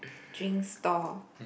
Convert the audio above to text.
drinks stall